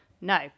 No